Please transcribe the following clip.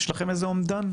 יש לכם איזה אומדן?